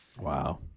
Wow